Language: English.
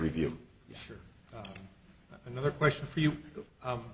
review another question